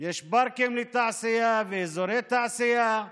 יש פארקים לתעשייה ואזורי תעשייה,